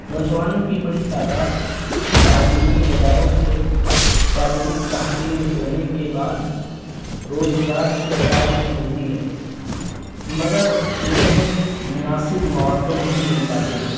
نوجوانوں کی بڑی تعداد تعلیمی اداروں سے فارغ التحصیل ہونے کے بعد روزگار کی تلاش میں ہوتی ہے مگر انہیں مناسب مواقع نہیں مل پاتے